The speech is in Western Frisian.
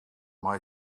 mei